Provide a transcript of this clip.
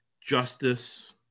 justice